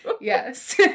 Yes